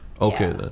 Okay